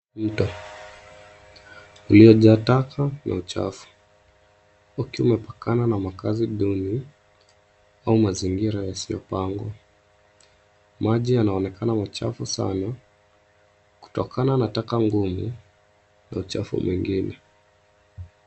Mito uliyojaa taka ya uchafu ukiwa umepakana na makaazi duni au mazingira yasiyopangwa. Maji yanaonekana machafu sana kutokana na taka ngumu na uchafu mwingine.